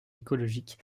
écologique